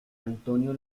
antonio